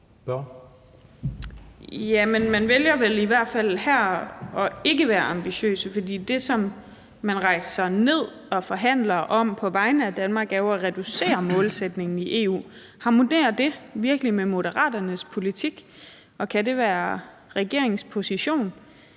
man vælger vel i hvert fald her ikke at være ambitiøs, for det, som man rejser ned og forhandler om på vegne af Danmark, er jo at reducere målsætningen i EU. Harmonerer det virkelig med Moderaternes politik? Og kan det være regeringens position,